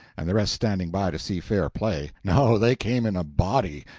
and the rest standing by to see fair play. no, they came in a body,